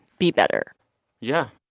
be better yeah.